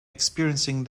experiencing